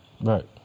Right